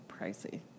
pricey